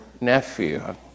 nephew